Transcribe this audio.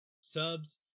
subs